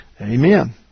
Amen